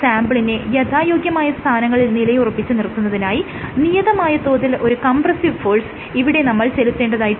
സാംപിളിനെ യഥായോഗ്യമായ സ്ഥാനങ്ങളിൽ നിലയുറപ്പിച്ച് നിർത്തുന്നതിനായി നിയതമായ തോതിൽ ഒരു കംപ്രസ്സീവ് ഫോഴ്സ് ഇവിടെ നമ്മൾ ചെലുത്തേണ്ടതായിട്ടുണ്ട്